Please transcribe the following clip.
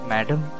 Madam